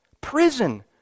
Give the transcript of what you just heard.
Prison